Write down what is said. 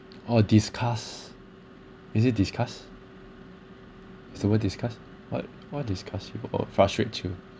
or disgust is it disgust is it about disgust what what disgust you wh~ what frustrates you